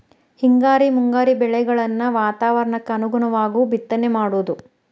ಹಿಂಗಾರಿ ಮುಂಗಾರಿ ಬೆಳೆಗಳನ್ನ ವಾತಾವರಣಕ್ಕ ಅನುಗುಣವಾಗು ಬಿತ್ತನೆ ಮಾಡುದು